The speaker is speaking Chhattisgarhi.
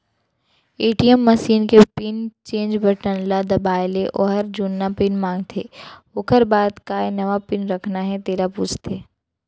ए.टी.एम मसीन के पिन चेंज बटन ल दबाए ले ओहर जुन्ना पिन मांगथे ओकर बाद काय नवा पिन रखना हे तेला पूछथे